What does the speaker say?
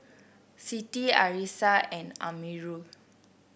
Siti Arissa and Amirul